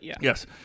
Yes